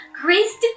Grace